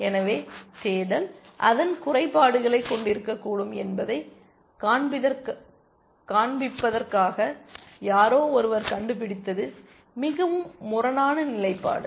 எனவே தேடல் அதன் குறைபாடுகளை கொண்டிருக்கக்கூடும் என்பதைக் காண்பிப்பதற்காக யாரோ ஒருவர் கண்டுபிடித்தது மிகவும் முரணான நிலைப்பாடு